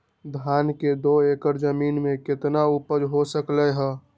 धान दो एकर जमीन में कितना उपज हो सकलेय ह?